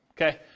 okay